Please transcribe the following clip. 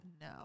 no